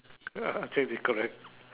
ya correct